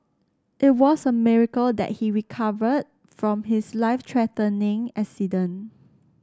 it was a miracle that he recovered from his life threatening accident